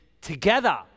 together